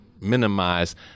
minimize